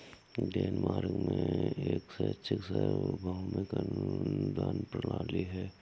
Denmark में एक शैक्षिक सार्वभौमिक अनुदान प्रणाली है